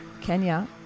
Kenya